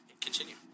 Continue